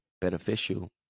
beneficial